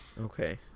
Okay